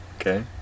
okay